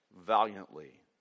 valiantly